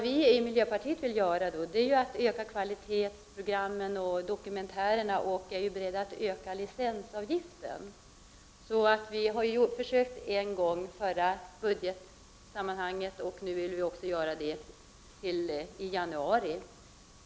Vi i miljöpartiet vill öka kvalitetsprogrammen och dokumentärerna, och vi är beredda att höja licensavgiften. Det har vi försökt en gång — i förra budgetsammanhanget — och vi vill göra det också nu i januari.